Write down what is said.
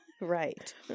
Right